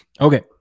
Okay